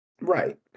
Right